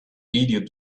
idiot